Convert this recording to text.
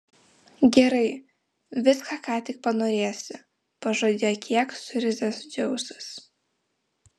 gerai viską ką tik panorėsi pažadėjo kiek suirzęs dzeusas